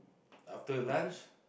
after lunch